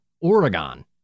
Oregon